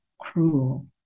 Cruel